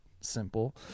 simple